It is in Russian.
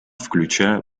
включая